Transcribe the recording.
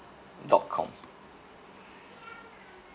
dot com